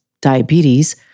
diabetes